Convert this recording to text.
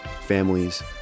families